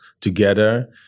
together